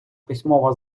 письмова